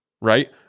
right